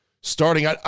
starting